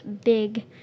big